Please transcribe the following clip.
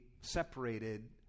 separated